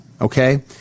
okay